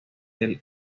del